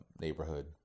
neighborhood